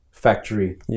factory